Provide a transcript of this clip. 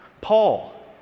Paul